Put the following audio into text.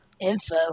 info